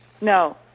No